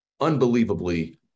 unbelievably